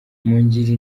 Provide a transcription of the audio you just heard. mungire